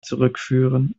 zurückführen